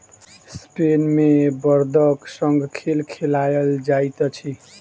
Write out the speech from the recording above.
Spain मे बड़दक संग खेल खेलायल जाइत अछि